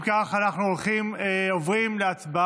אם כך, אנחנו עוברים להצבעה.